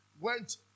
went